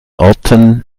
orten